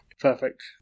perfect